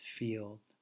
field